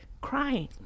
crying